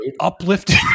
uplifting